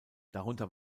darunter